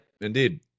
Indeed